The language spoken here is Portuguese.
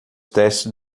testes